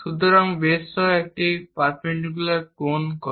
সুতরাং বেস সহ এটি একটি পারপেন্ডিকুলার কোণ করে